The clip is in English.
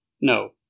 no